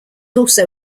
also